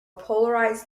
polarized